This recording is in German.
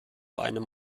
einem